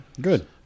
Good